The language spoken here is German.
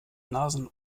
nasen